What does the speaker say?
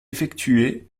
effectué